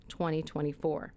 2024